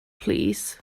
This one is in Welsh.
plîs